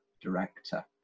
director